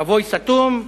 מבוי סתום,